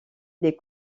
les